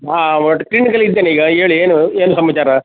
ಹಾಂ ಕ್ಲಿನಿಕ್ಕಲ್ಲಿ ಇದ್ದೇನೆ ಈಗ ಹೇಳಿ ಏನು ಏನು ಸಮಾಚಾರ